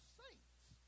saints